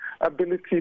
ability